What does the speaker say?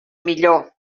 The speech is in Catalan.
millor